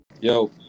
Yo